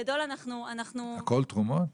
הכול תרומות?